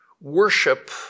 worship